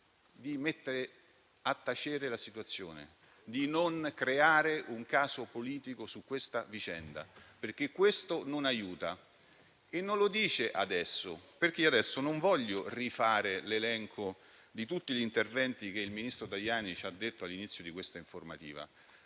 di mettere a tacere la situazione, di non creare un caso politico su questa vicenda, perché ciò non aiuta. E non lo dice adesso. Io non voglio ora rifare l'elenco di tutti gli interventi che il ministro Tajani ha riportato all'inizio di questa informativa.